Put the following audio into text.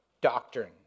doctrine